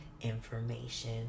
information